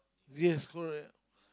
yes correct